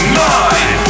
nine